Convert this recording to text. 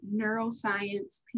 neuroscience